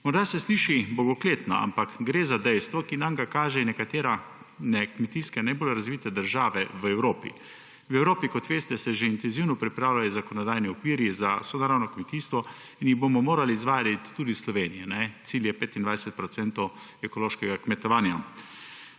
Morda se sliši bogokletno, ampak gre za dejstvo, ki nam ga kažejo nekatere kmetijsko najbolj razvite države v Evropi. V Evropi, kot veste, se že intenzivno pripravljajo zakonodajni okvirji za sonaravno kmetijstvo in jih bomo morali izvajati tudi v Sloveniji. Cilj je 25 procentov ekološkega kmetovanja.